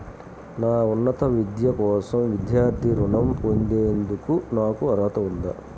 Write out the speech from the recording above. నా ఉన్నత విద్య కోసం విద్యార్థి రుణం పొందేందుకు నాకు అర్హత ఉందా?